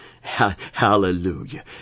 hallelujah